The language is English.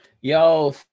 Yo